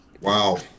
Wow